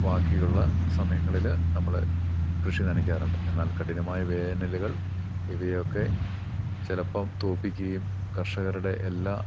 ബാക്കിയുള്ള സമയങ്ങളിൽ നമ്മൾ കൃഷി നനക്കാറുണ്ട് എന്നാൽ കഠിനമായ വേനലുകൾ ഇവയൊക്കെ ചിലപ്പം തോൽപ്പിക്കുകയും കർഷകരുടെ എല്ലാ